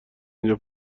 اینجا